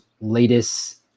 latest